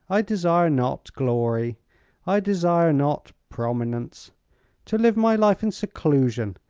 i desire not glory i desire not prominence to live my life in seclusion,